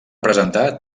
presentar